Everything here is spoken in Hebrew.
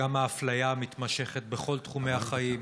וגם האפליה המתמשכת בכל תחומי החיים,